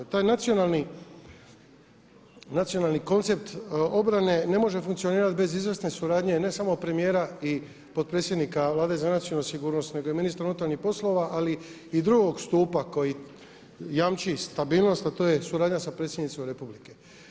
Taj nacionalni koncept obrane ne može funkcionirati bez izvrsne suradnje ne samo premijera i potpredsjednika Vlade za nacionalnu sigurnost nego i ministra unutarnjih poslova, ali i drugog stupa koji jamči stabilnost, a to je suradnja sa predsjednicom Republike.